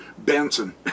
Benson